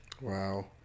Wow